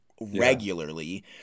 regularly